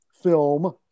film